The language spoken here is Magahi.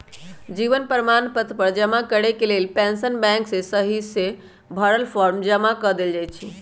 जीवन प्रमाण पत्र जमा करेके लेल पेंशन बैंक में सहिसे भरल फॉर्म जमा कऽ देल जाइ छइ